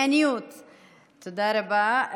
תודה רבה.